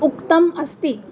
उक्तम् अस्ति